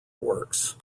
works